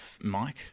Mike